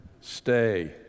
stay